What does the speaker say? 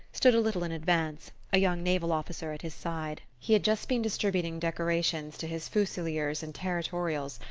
stood a little in advance, a young naval officer at his side. he had just been distributing decorations to his fusiliers and territorials,